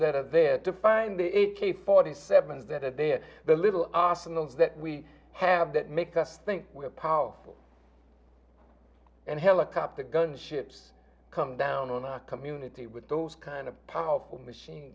that are there to find the eight k forty seven that they are the little arsenal that we have that make us think we are powerful and helicopter gunships come down on our community with those kind of powerful machine